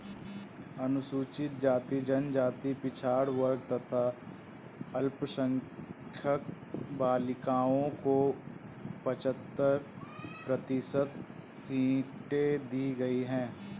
अनुसूचित जाति, जनजाति, पिछड़ा वर्ग तथा अल्पसंख्यक बालिकाओं को पचहत्तर प्रतिशत सीटें दी गईं है